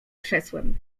krzesłem